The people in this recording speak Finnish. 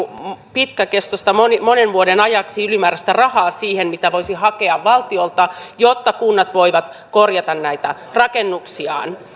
pitkäkestoista monen vuoden ajaksi ylimääräistä rahaa mitä voisi hakea valtiolta jotta kunnat voivat jatkossa korjata näitä rakennuksiaan